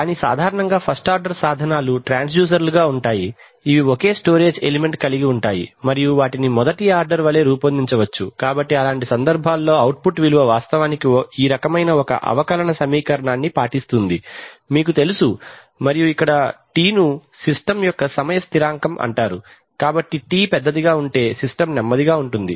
కానీ సాధారణంగా first order సాధనాలు ట్రాన్స్ద్యూజర్లు గా ఉంటాయి ఇవి ఒకే స్టోరేజ్ ఎలిమెంట్ కలిగి ఉంటాయి మరియు వాటిని మొదటి ఆర్డర్ వలె రూపొందించవచ్చు కాబట్టి అలాంటి సందర్భాల్లో అవుట్పుట్ విలువ వాస్తవానికి ఈ రకమైన ఒక అవకలన సమీకరణాన్ని పాటిస్తుంది మీకు తెలుసు మరియు ఇక్కడ τ ను సిస్టమ్ యొక్క సమయ స్థిరాంకం అంటారు కాబట్టి τ పెద్దదిగా ఉంటే సిస్టమ్ నెమ్మదిగా ఉంటుంది